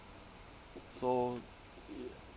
so ya